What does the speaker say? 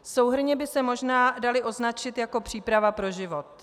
Souhrnně by se možná daly označit jako příprava pro život.